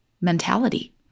mentality